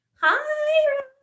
Hi